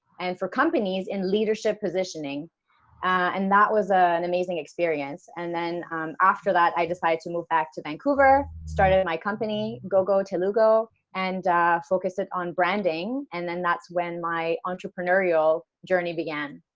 and for companies in leadership positioning and that was ah an amazing experience, and then after that i decided to move back to vancouver, started my company, go go telugo and focus it on branding, and then that's when my entrepreneurial journey began.